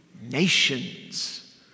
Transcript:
nations